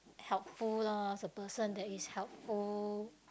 helpful loh the person that is helpful